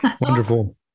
Wonderful